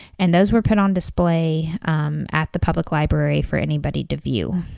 and those were put on d isplay um at the public library for anybody to view.